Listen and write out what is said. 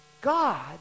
God